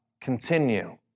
continue